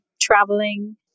traveling